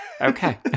okay